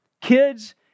Kids